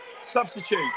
substitute